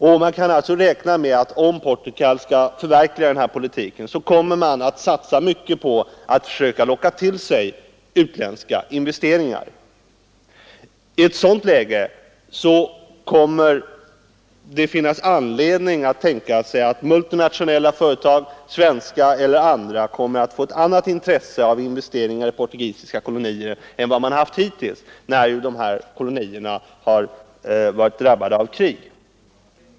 Vi kan alltså räkna med att om Portugal skall förverkliga den här politiken, kommer man att satsa mycket på att försöka locka till sig utländska investeringar. I ett sådant läge kommer det att finnas anledning att tänka sig att multinationella företag — svenska eller andra — får ett annat intresse av investeringar i portugisiska kolonier än vad de har haft hittills, när de här områdena har varit drabbade av krig.